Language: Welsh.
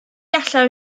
allai